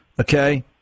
Okay